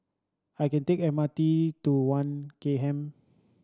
I can take the M R T to One K M